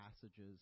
passages